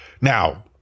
Now